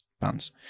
pounds